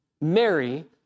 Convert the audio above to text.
Mary